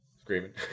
screaming